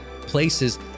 places